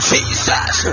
Jesus